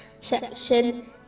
section